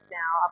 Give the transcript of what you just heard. now